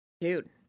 Dude